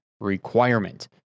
requirement